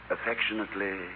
Affectionately